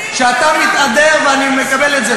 זה נשמע אפילו פנטסטי, כשאני שומע את זה.